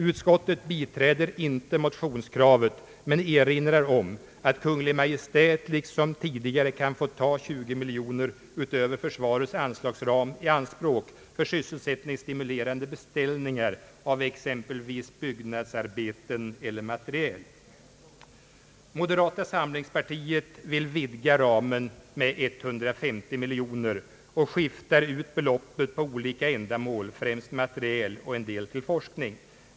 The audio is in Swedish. Utskottet biträder inte motionskravet men erinrar om att Kungl. Maj:t liksom tidigare kan få ta 20 miljoner utöver försvarets anslagsram i anspråk för sysselsättningsstimulerande beställningar av exempelvis byggnadsarbeten eller materiel. Moderata samlingspartiet vill vidga ramen med 150 miljoner kronor och skiftar ut beloppet på olika ändamål, främst materiel men även en del till forskning.